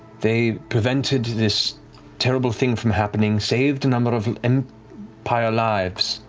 they prevented this terrible thing from happening, saved a number of and empire lives,